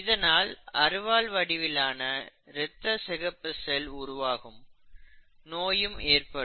இதனால் அருவாள் வடிவிலான இரத்த சிகப்பு செல் உருவாகும் நோய் ஏற்படும்